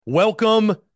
Welcome